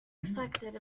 reflected